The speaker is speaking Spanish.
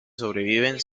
sobreviven